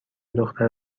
دختر